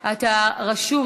אתה רשום.